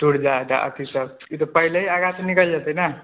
तुडि जा अथी सब ई पहिलेही आगाँसँ निकलि जेतै ने